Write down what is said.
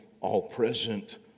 all-present